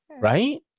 right